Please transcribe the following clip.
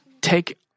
take